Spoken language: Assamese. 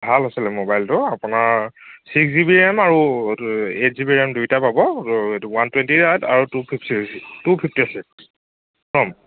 ভাল আছিলে ম'বাইলটো আপোনাৰ ছিক্স জি বি ৰেম আৰু এইট জি বি ৰেম দুইটাই পাব এইটো ওৱান টুৱেণ্টি আৰু two fifty two fifty six